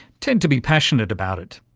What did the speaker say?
tend to be passionate about it.